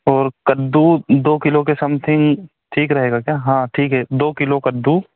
और कद्दू दो किलो के समथिंग ठीक रहेगा क्या हाँ ठीक है दो किलो कद्दू